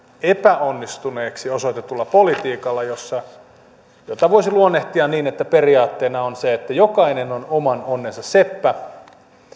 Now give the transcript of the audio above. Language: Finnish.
epäonnistuneeksi osoitetulla politiikalla jota voisi luonnehtia niin että periaatteena on se että jokainen on oman onnensa seppä